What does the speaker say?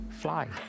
fly